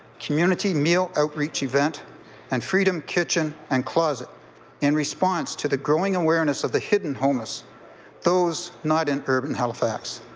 community meal outreach event and freedom kitchen and closet in response to the growing awareness of the hidden homeless those not in urban halifax.